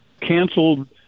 canceled